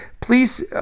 Please